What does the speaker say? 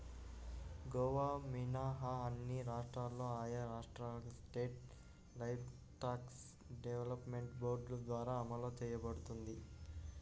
గోవా మినహా అన్ని రాష్ట్రాల్లో ఆయా రాష్ట్రాల స్టేట్ లైవ్స్టాక్ డెవలప్మెంట్ బోర్డుల ద్వారా అమలు చేయబడుతోంది